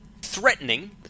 threatening